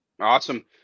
Awesome